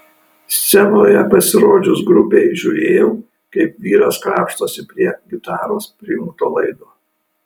scenoje pasirodžius grupei žiūrėjau kaip vyras krapštosi prie gitaros prijungto laido